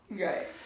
Right